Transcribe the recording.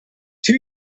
two